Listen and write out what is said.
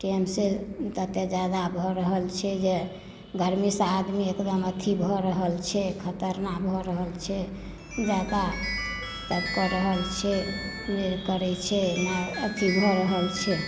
टाइमसँ ततेक ज्यादा भऽ रहल छै जे गर्मीसँ आदमी एकदम अथी भऽ रहल छै खतरनाक भऽ रहल छै ज्यादा सभ कऽ रहल छै नहि करैत छै अथी भऽ रहल छै